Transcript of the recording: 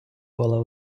кола